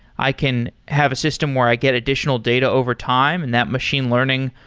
i can have a system where i get additional data over time and that machine learning,